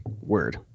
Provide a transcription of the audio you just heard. Word